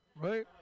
right